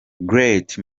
great